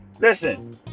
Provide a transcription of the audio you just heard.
Listen